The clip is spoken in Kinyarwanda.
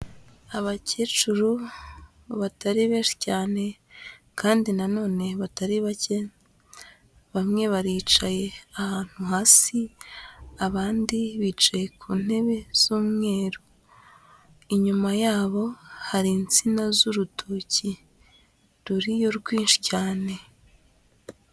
Abakecuru batari benshi cyane, kandi na none batari bake, bamwe baricaye ahantu hasi, abandi bicaye ku ntebe z'umweru. Inyuma yabo hari insina z'urutoki, ruriyo rwinshi cyane.